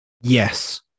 Yes